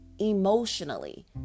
emotionally